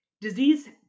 disease